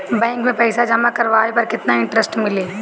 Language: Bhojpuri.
बैंक में पईसा जमा करवाये पर केतना इन्टरेस्ट मिली?